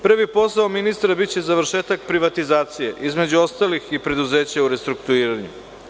Prvi posao ministra biće završetak privatizacije, između ostalih i preduzeća u restrukturiranju.